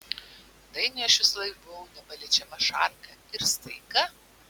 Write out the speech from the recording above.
dainiui aš visąlaik buvau nepaliečiama šarka ir staiga